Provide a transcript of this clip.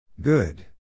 Good